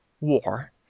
war